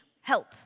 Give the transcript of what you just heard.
help